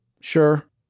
Sure